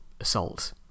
assault